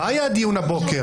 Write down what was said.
מה היה הדיון הבוקר?